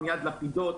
עמיעד לפידות.